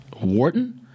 Wharton